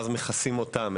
ואז מכסים אותם.